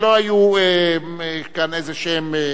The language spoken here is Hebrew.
חבר הכנסת אורלב, לא היו כאן התניות כלשהן,